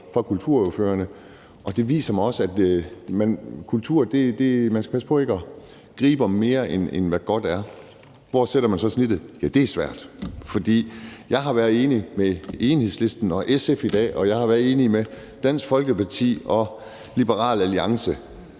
til kultur skal man passe på med ikke at gribe om mere, end hvad godt er. Hvor sætter man så snittet? Ja, det er svært. For jeg har været enig med Enhedslisten og SF i dag, og jeg har været enig med Dansk Folkeparti og Liberal Alliance.